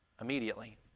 immediately